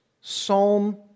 psalm